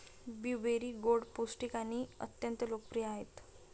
blueberry गोड, पौष्टिक आणि अत्यंत लोकप्रिय आहेत